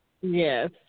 Yes